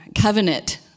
covenant